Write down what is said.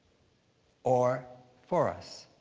or for us?